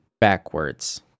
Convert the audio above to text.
backwards